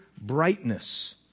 brightness